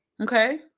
Okay